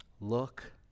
Look